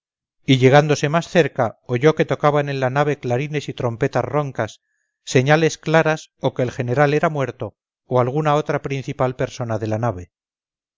y llegándose más cerca oyó que tocaban en la nave clarines y trompetas roncas señales claras o que el general era muerto o alguna otra principal persona de la nave